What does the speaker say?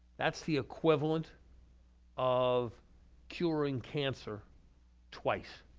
that's the equivalent of curing cancer twice.